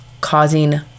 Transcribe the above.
causing